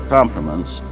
Compliments